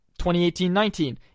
2018-19